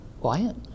quiet